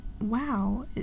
wow